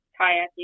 kayaking